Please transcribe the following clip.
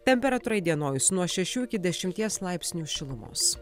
temperatūra įdienojus nuo šešių iki dešimties laipsnių šilumos